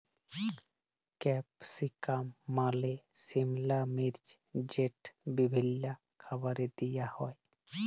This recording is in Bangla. ক্যাপসিকাম মালে সিমলা মির্চ যেট বিভিল্ল্য খাবারে দিঁয়া হ্যয়